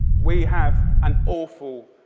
we have an awful,